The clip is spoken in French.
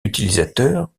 utilisateurs